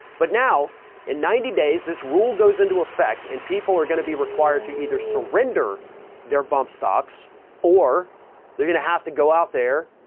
but now in ninety days this rule goes into effect and people are going to be required to either surrender their bump stocks or they're going to have to go out there,